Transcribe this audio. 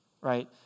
right